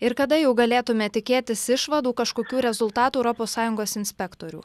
ir kada jau galėtumėme tikėtis išvadų kažkokių rezultatų europos sąjungos inspektorių